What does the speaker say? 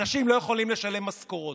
אנשים לא יכולים לשלם משכורות,